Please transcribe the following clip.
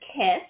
Kiss